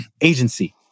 agency